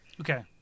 Okay